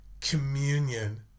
communion